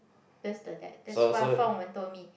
that's the dad that's what Fang Wen told me